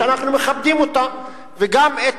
שאנחנו מכבדים אותה וגם את